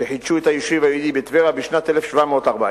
שחידשו את היישוב היהודי בטבריה בשנת 1740,